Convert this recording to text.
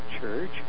Church